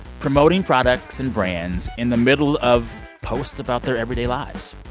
promoting products and brands in the middle of posts about their everyday lives.